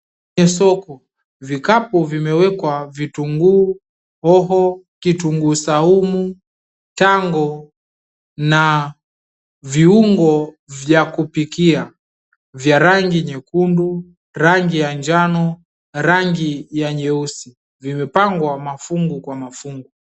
Ni soko, vikapu vimewekwa vitunguu, hoho, kitunguu saumu, tango na viungo vya kupikia vya rangi nyekundu, rangi ya njano, rangi ya nyeusi. Vimepangwa mafungu kwa mafungu.